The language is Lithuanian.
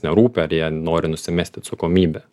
nerūpi ar jie nori nusimesti atsakomybę